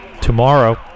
tomorrow